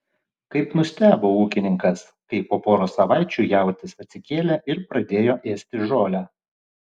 kaip nustebo ūkininkas kai po poros savaičių jautis atsikėlė ir pradėjo ėsti žolę